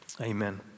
Amen